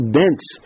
dense